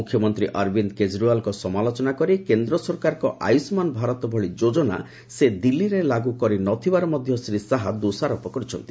ମୁଖ୍ୟମନ୍ତ୍ରୀ ଅରବିନ୍ଦ କେଜରିଓ୍ୱାଲଙ୍କର ସମାଲୋଚନା କରି କେନ୍ଦ୍ର ସରକାରଙ୍କ ଆୟୁଷ୍ମାନ୍ ଭାରତ ଭଳି ଯୋଜନା ସେ ଦିଲ୍ଲୀରେ ଲାଗୁ କରିନଥିବାର ମଧ୍ୟ ଶ୍ରୀ ଶାହା ଦୋଷାରୋପ କରିଛନ୍ତି